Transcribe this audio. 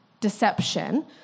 deception